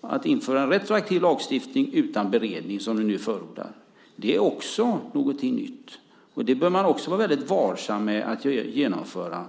Att införa en retroaktiv lagstiftning utan beredning som ni nu förordar är också någonting nytt, och det bör man också vara väldigt varsam med att genomföra.